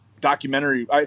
Documentary